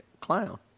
Clown